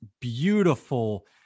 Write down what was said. beautiful